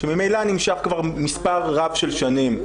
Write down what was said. שממילא נמשך כבר מספר רב של שנים?